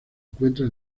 encuentra